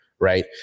right